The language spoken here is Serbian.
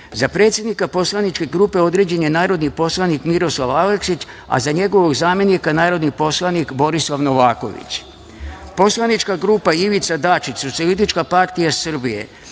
Za predsednika poslaničke grupe određen je narodni poslanik Miroslav Aleksić, a za njegovog zamenika narodni poslanik Borislav Novaković;- Poslanička grupa IVICA DAČIĆ – Socijalistička partija Srbije.